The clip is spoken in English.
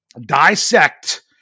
dissect